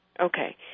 Okay